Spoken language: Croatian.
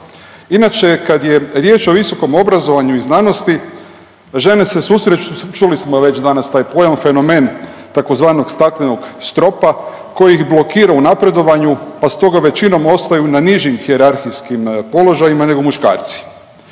Inače kad je riječ o visokom obrazovanju i znanosti žene se susreću, čuli smo već danas taj pojam fenomen tzv. staklenog stropa koji ih blokira u napredovanju, pa stoga većinom ostaju na nižim hijerarhijskim položajima, nego muškarci.